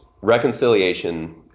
reconciliation